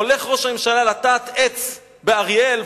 הולך ראש הממשלה לטעת עץ באריאל,